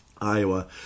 Iowa